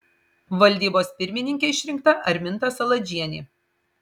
valdybos pirmininke išrinkta arminta saladžienė